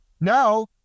Now